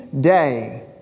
day